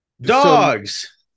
Dogs